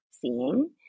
seeing